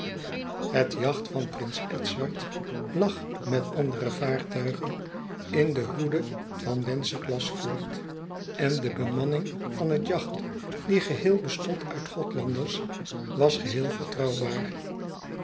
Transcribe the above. het yacht van prins edzard lag met andere vaartuigen in de hoede van wenceslasfort en de bemanning van het yacht die geheel bestond uit gothlanders was geheel vertrouwbaar